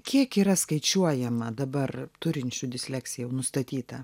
kiek yra skaičiuojama dabar turinčių disleksiją jau nustatyta